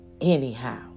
anyhow